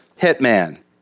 hitman